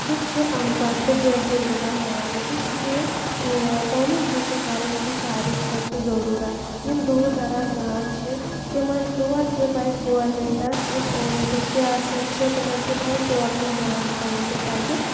سُہ چھُ اَن پَڑھ تہٕ جٲہِل یِوان ماننہٕ اِسلیے تعلیٖم حٲصِل کَرٕنۍ چھےٚ ساروی خٲطرٕ ضٔروٗرت یِم دوٗر دراز گام چھِ تِمَن تور تہِ پَزِ گورمیٚنٛٹَس یُس ییٚتیُک سیاسَت چھِ تِمَن تہِ پَزِ تور کُن دھیان تھَوُن تہٕ تَتہِ